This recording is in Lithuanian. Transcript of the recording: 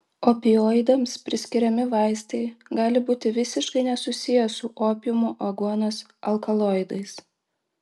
opioidams priskiriami vaistai gali būti visiškai nesusiję su opiumo aguonos alkaloidais